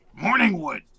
Morningwood